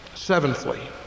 Seventhly